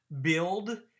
build